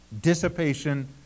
dissipation